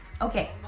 Okay